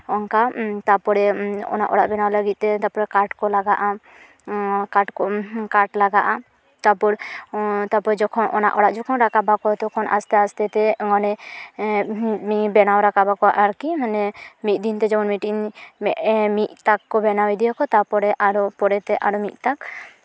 ᱚᱱᱠᱟ ᱛᱟᱯᱚᱨᱮ ᱚᱱᱟ ᱚᱲᱟᱜ ᱵᱮᱱᱟᱣ ᱞᱟᱹᱜᱤᱫ ᱛᱮ ᱛᱟᱯᱚᱨᱮ ᱠᱟᱴ ᱠᱚ ᱞᱟᱜᱟᱜᱼᱟ ᱠᱟᱴ ᱠᱚ ᱠᱟᱴ ᱞᱟᱜᱟᱜᱼᱟ ᱛᱟᱯᱚᱨ ᱛᱟᱯᱚᱨ ᱡᱚᱠᱷᱚᱱ ᱚᱱᱟ ᱚᱲᱟᱜ ᱡᱚᱠᱷᱚᱱ ᱨᱟᱠᱟᱵᱟᱠᱚ ᱛᱚᱠᱷᱚᱱ ᱟᱥᱛᱮ ᱟᱥᱛᱮ ᱛᱮ ᱚᱸᱰᱮ ᱱᱤᱭᱟᱹ ᱵᱮᱱᱟᱣ ᱨᱟᱠᱟᱵᱟᱠᱚ ᱟᱨᱠᱤ ᱢᱟᱱᱮ ᱢᱤᱫ ᱫᱤᱱ ᱡᱮᱢᱚᱱ ᱢᱤᱫᱴᱮᱱ ᱢᱤᱫ ᱛᱟᱠ ᱵᱮᱱᱟᱣ ᱤᱫᱤᱭᱟᱠᱚ ᱛᱟᱯᱚᱨᱮ ᱟᱨᱚ ᱯᱚᱨᱮ ᱛᱮ ᱟᱨ ᱢᱤᱫ ᱛᱟᱠ